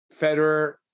Federer